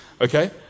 okay